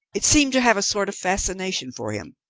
it seemed to have a sort of fascination for him.